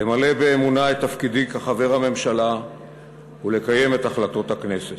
למלא באמונה את תפקידי כחבר הממשלה ולקיים את החלטות הכנסת.